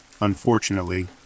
Unfortunately